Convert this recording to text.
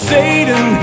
Satan